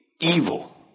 evil